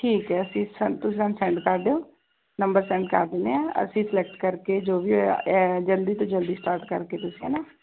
ਠੀਕ ਹੈ ਅਸੀਂ ਸੰਨ ਤੁਸੀ ਸਾਨੂੰ ਸੈਂਡ ਕਰ ਦਿਓ ਨੰਬਰ ਸੈਂਡ ਕਰ ਦਿੰਦੇ ਹਾਂ ਅਸੀਂ ਸਲੈਕਟ ਕਰਕੇ ਜੋ ਵੀ ਹੋਇਆ ਜਲਦੀ ਤੋਂ ਜਲਦੀ ਸਟਾਰਟ ਕਰਕੇ ਤੁਸੀਂ ਹੈ ਨਾ